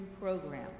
program